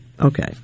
okay